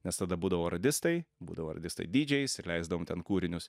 nes tada būdavo radistai būdavo radistai dydžiais ir leisdavom ten kūrinius